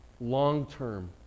long-term